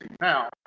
now